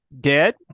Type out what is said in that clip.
dead